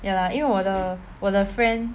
ya lah 因为我的我的 friend